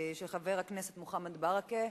של חבר הכנסת מוחמד ברכה,